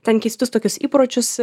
ten keistus tokius įpročius